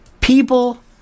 people